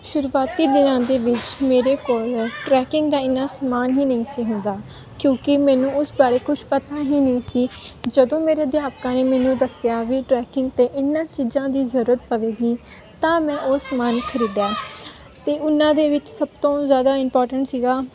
ਸ਼ੁਰੂਆਤੀ ਦਿਨਾਂ ਦੇ ਵਿੱਚ ਮੇਰੇ ਕੋਲ ਟਰੈਕਿੰਗ ਦਾ ਇੰਨਾਂ ਸਮਾਨ ਹੀ ਨਹੀਂ ਸੀ ਹੁੰਦਾ ਕਿਉਂਕਿ ਮੈਨੂੰ ਉਸ ਬਾਰੇ ਕੁਝ ਪਤਾ ਹੀ ਨਹੀਂ ਸੀ ਜਦੋਂ ਮੇਰੇ ਅਧਿਆਪਕਾਂ ਨੇ ਮੈਨੂੰ ਦੱਸਿਆ ਵੀ ਟਰੈਕਿੰਗ 'ਤੇ ਇਹਨਾਂ ਚੀਜ਼ਾਂ ਦੀ ਜ਼ਰੂਰਤ ਪਵੇਗੀ ਤਾਂ ਮੈਂ ਉਹ ਸਮਾਨ ਖਰੀਦਿਆ ਅਤੇ ਉਹਨਾਂ ਦੇ ਵਿੱਚ ਸਭ ਤੋਂ ਜ਼ਿਆਦਾ ਇੰਪੋਰਟੈਂਟ ਸੀਗਾ